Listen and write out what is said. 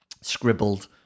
scribbled